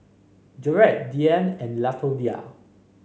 Jarett Diann and Latoyia